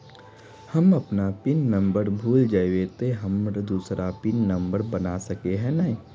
हम अपन pin number भूल जयबे ते हम दूसरा पिन नंबर बना सके है नय?